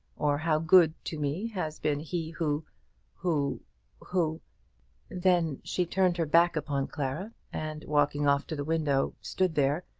or how good to me has been he who who who then she turned her back upon clara, and, walking off to the window, stood there,